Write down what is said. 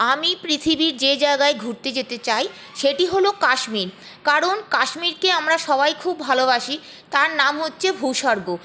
আমি পৃথিবীর যে জায়গায় ঘুরতে যেতে চাই সেটি হল কাশ্মীর কারণ কাশ্মীরকে আমরা সবাই খুব ভালোবাসি তার নাম হচ্ছে ভূস্বর্গ